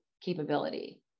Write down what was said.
capability